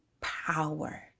power